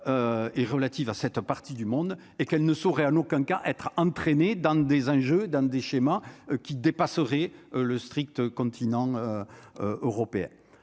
et relative à cette partie du monde et qu'elle ne saurait en aucun cas être entraîné dans des enjeux dans des schémas qui dépasserait le strict continent européen,